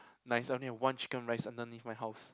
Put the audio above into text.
nice I only have one chicken rice underneath my house